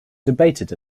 debated